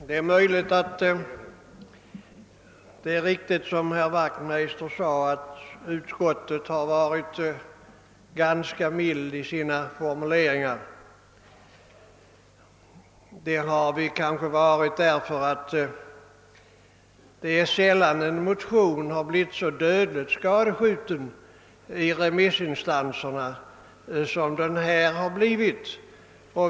Herr talman! Dei är kanske riktigt som herr Wachtmeister sade, att utskottet använt ganska milda formuleringar. Anledningen är väl att en motion sällan blivit så dödligt skadeskjuten av remissinstanserna som i detta fall.